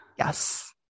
Yes